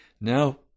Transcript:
Now